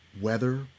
weather